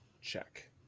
check